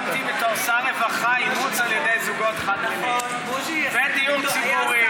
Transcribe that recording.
קידמתי בתור שר רווחה אימוץ על ידי זוגות חד-מיניים בדיון ציבורי.